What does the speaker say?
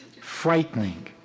Frightening